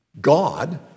God